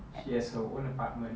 she has her own apartment